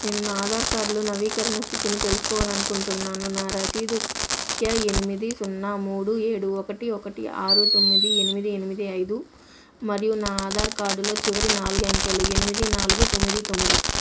నేను నా ఆధార్ కార్డ్లో నవీకరణ స్థితిని తెలుసుకోవాలి అనుకుంటున్నాను నా రసీదు సంఖ్య ఎనిమిది సున్నా మూడు ఏడు ఒకటి ఒకటి ఆరు తొమ్మిది ఎనిమిది ఎనిమిది ఐదు మరియు నా ఆధార్ కార్డులో చివరి నాలుగు అంకెలు ఎనిమిది నాలుగు తొమ్మిది తొమ్మిది